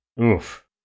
oof